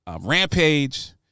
Rampage